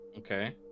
Okay